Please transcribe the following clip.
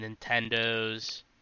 nintendo's